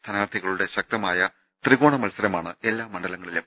സ്ഥാനാർഥികളുടെ ശക്തമായ ത്രികോണ മത്സരമാണ് എല്ലാ മണ്ഡലങ്ങളിലും